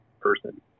person